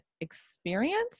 experience